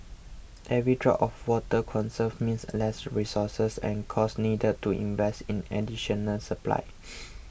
every drop of water conserved means less resources and costs needed to invest in additional supply